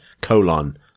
colon